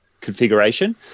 configuration